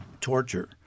torture